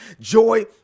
Joy